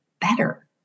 better